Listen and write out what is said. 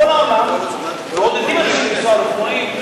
בכל העולם מעודדים לנסוע על אופנועים,